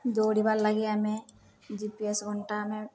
ଦୌଡ଼ିବାର୍ ଲାଗି ଆମେ G P S ଘଣ୍ଟା ଆମେ